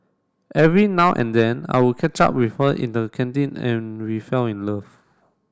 every now and then I would catch up with her in the canteen and we fell in love